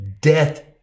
Death